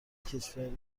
کشوری